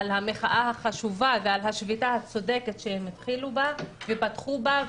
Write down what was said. המחאה החשובה ועל השביתה הצודקת שהם התחילו בה ופתחו בה.